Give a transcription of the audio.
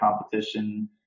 competition